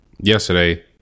yesterday